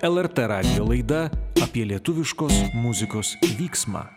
lrt radijo laida apie lietuviškos muzikos vyksmą